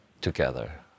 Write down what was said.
together